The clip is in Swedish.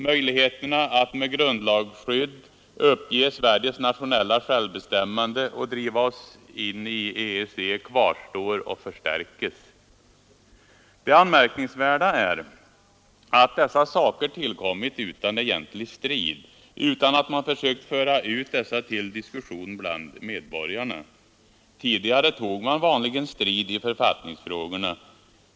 Möjligheterna att med grundlagsskydd uppge Sveriges nationella självbestämmanderätt och driva in oss i EG kvarstår och förstärks. Det anmärkningsvärda är att dessa saker tillkommit utan egentlig strid, utan att man försökt föra ut dessa till diskussion bland medborgarna. Tidigare tog man vanligen strid i författningsfrågorna.